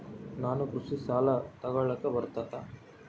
ನಾನು ಕೃಷಿ ಸಾಲ ತಗಳಕ ಬರುತ್ತಾ?